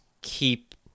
keep